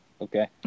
okay